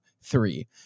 three